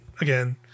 again